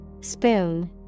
Spoon